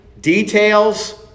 details